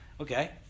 Okay